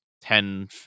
ten